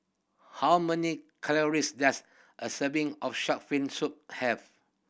how many calories does a serving of shark fin soup have